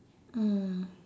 mm